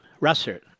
Russert